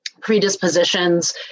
predispositions